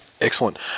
Excellent